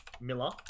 Miller